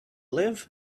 live